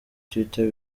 twitter